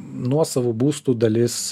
nuosavų būstų dalis